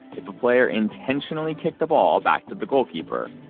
if a player intentionally kicked the ball back to the goalkeeper,